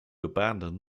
abandon